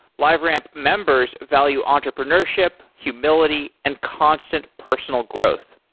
liveramp members value entrepreneurship, humility and constant personal growth.